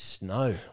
No